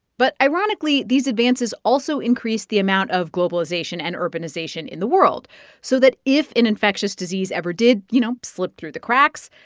but ironically, these advances also increased the amount of globalization and urbanization in the world so that if an infectious disease ever did, you know, slip through the cracks,